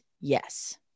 yes